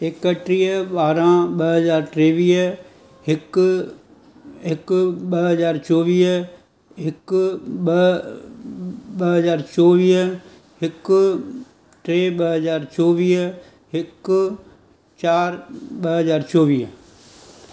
एकटीह ॿारहं ॿ हज़ार टेवीह हिकु हिकु ॿ हज़ार चोवीह हिकु ॿ ॿ हज़ार चोवीह हिकु टे ॿ हज़ार चोवीह हिकु चार ॿ हज़ार चोवीह